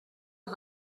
are